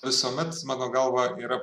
visuomet mano galva yra